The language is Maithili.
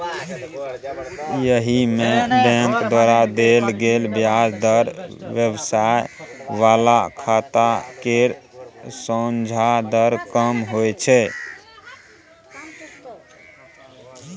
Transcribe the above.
एहिमे बैंक द्वारा देल गेल ब्याज दर व्यवसाय बला खाता केर सोंझा दर कम होइ छै